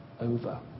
Over